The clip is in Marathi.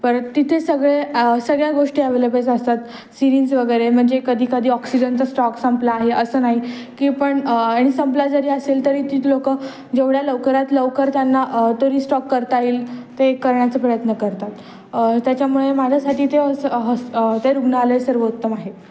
परत तिथे सगळे सगळ्या गोष्टी अवेलेबल्स असतात सिरिंज वगैरे म्हणजे कधी कधी ऑक्सिजनचा स्टॉक संपला आहे असं नाही की पण आणि संपला जरी असेल तरी तीच लोकं जेवढ्या लवकरात लवकर त्यांना तो रीस्टॉक करता येईल ते करण्याचा प्रयत्न करतात त्याच्यामुळे माझ्यासाठी ते हॉस् हॉस् ते रुग्णालय सर्वोत्तम आहे